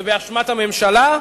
זה באשמת הממשלה?